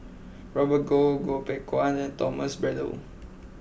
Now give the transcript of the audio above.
Robert Goh Goh Beng Kwan and Thomas Braddell